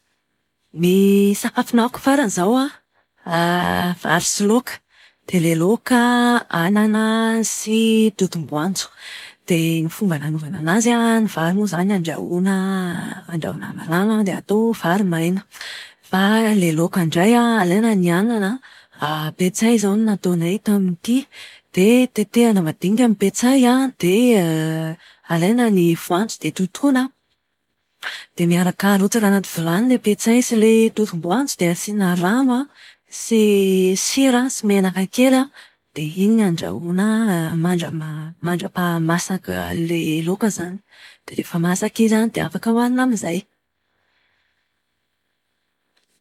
Ny sakafo nohaniko farany izao an, vary sy laoka. Dia ilay laoka an, anana sy totom-boanjo. Dia ny fomba nanaovana anazy an, ny vary moa izany andrahoina andrahoina amin'ny rano dia atao vary maina. Fa ilay laoka indray an, alaina ny anana an, petsay izao no nataonay tamin'ity, dia tetehina madinika ny petsay an, dia alaina ny voanjo dia totoina. Dia miaraka arotsaka anaty vilany ilay petsay sy ilay totom-boanjo dia asiana rano sy sira sy menaka kely an, dia iny no andrahoina mandra-paha-masak'ilay laoka izany. Dia rehefa masaka izy an, dia afaka hohanina amin'izay!